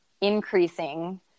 increasing